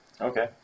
Okay